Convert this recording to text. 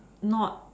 not